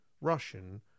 Russian